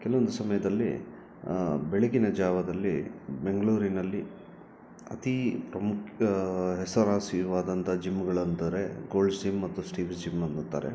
ಕೆಲವೊಂದು ಸಮಯದಲ್ಲಿ ಬೆಳಗಿನ ಜಾವದಲ್ಲಿ ಬೆಂಗಳೂರಿನಲ್ಲಿ ಅತೀ ಪ್ರಮುಖ ಹೆಸರ್ವಾಸಿವಾದಂಥ ಜಿಮ್ಮುಗಳಂದರೆ ಗೋಲ್ಡ್ ಝಿಮ್ ಮತ್ತು ಸ್ಟಿವ್ ಝಿಮ್ ಅನ್ನುತ್ತಾರೆ